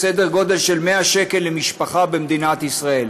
סדר גודל של 100 שקל למשפחה במדינת ישראל.